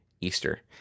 Easter